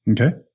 okay